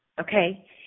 okay